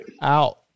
out